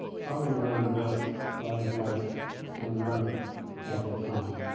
probably were in the best writing class in america at the time.